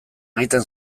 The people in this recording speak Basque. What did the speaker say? egiten